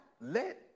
let